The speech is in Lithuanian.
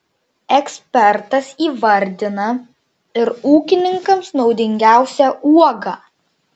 ekspertas įvardina ir ūkininkams naudingiausią uogą